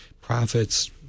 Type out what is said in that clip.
profits